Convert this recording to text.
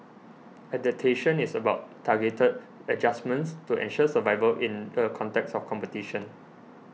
adaptation is about targeted adjustments to ensure survival in the context of competition